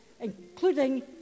including